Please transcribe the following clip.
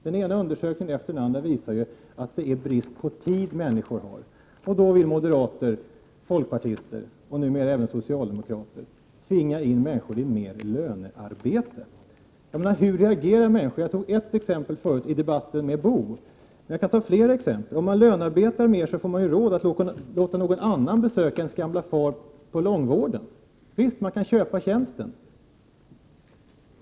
Den ena undersökningen efter den andra visar ju att det är brist på tid som människor lider av. Då vill moderater, folkpartister och numera även socialdemokrater tvinga människor att utföra mer lönearbete. Hur reagerar människor då? Jag anförde ett exempel i diskussionen med Bo Lundgren, och jag kan ta upp fler. Om man lönearbetar mer får man råd att låta någon annan besöka ens gamle far på långvården. Visst, man kan köpa den tjänsten.